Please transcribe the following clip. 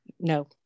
No